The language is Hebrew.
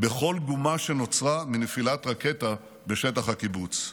בכל גומה שנוצרה מנפילת רקטה בשטח הקיבוץ.